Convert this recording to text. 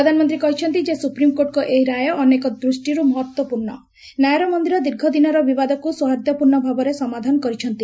ପ୍ରଧାନମନ୍ତୀ କହିଛନ୍ତି ଯେ ସୁପ୍ରିମକୋର୍ଟଙକ ଏହି ରାୟ ଅନେକ ଦୃଷ୍ଟିରୁ ମହତ୍ୱପୂର୍ଣ୍ଣ ନ୍ୟାୟର ମନ୍ଦିର ଦୀର୍ଘଦିନର ବିବାଦକୁ ସୌହାର୍ଦ୍ଧ୍ୟପୂର୍ଶ୍ଣ ଭାବରେ ସମାଧାନ କରିଛନ୍ତି